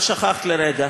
אבל שכחת לרגע